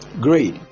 great